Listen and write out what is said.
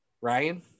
Ryan